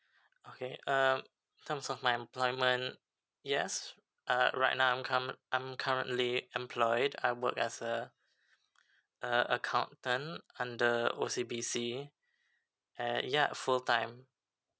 okay um in terms of my employment yes uh right now I'm cum~ I'm currently employed I work as a uh accountant under O C B C and ya full time